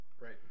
Right